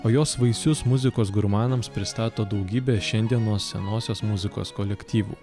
o jos vaisius muzikos gurmanams pristato daugybė šiandienos senosios muzikos kolektyvų